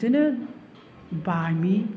बिदिनो बामि